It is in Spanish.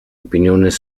opiniones